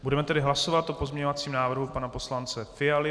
Budeme tedy hlasovat o pozměňovacím návrhu pana poslance Fialy.